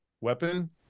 weapon